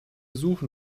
suchen